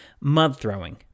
mud-throwing